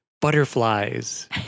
Butterflies